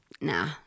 Nah